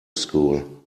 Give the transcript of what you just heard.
school